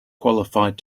qualified